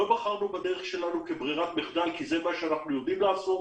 לא בחרנו בדרך שלנו כברירת מחדל כי זה מה שאנחנו יודעים לעשות.